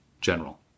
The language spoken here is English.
general